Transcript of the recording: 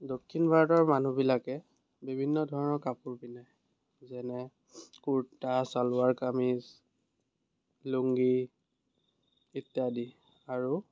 দক্ষিণ ভাৰতৰ মানুহবিলাকে বিভিন্ন ধৰণৰ কাপোৰ পিন্ধে যেনে কূৰ্তা চালোৱাৰ কামিজ লুংগী ইত্যাদি আৰু